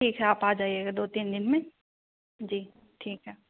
ठीक है आप आ जाइएगा दो तीन दिन में जी ठीक है